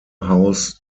house